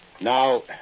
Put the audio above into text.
Now